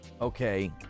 Okay